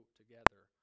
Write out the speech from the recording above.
together